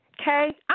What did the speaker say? okay